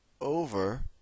over